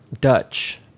dutch